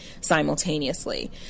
simultaneously